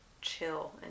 chill